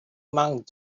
mark